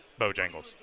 Bojangles